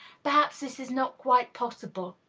perhaps this is not quite possible.